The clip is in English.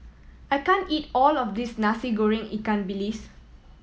I can't eat all of this Nasi Goreng ikan bilis